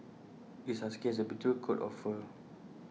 this husky has A beautiful coat of fur